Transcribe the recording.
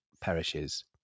perishes